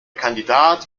kandidat